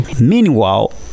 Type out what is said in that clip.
Meanwhile